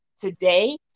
Today